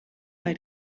bij